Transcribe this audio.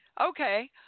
Okay